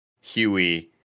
Huey